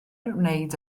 wneud